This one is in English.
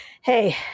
Hey